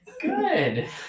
Good